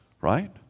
right